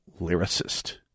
lyricist